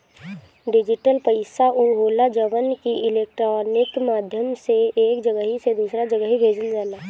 digital पईसा उ होला जवन की इलेक्ट्रोनिक माध्यम से एक जगही से दूसरा जगही भेजल जाला